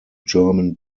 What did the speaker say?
german